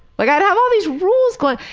like i'd have all these rules going.